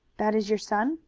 that is your son?